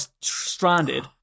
stranded